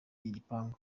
igipangu